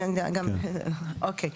אוקי,